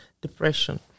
depression